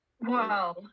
wow